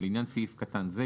לעניין סעיף קטן זה,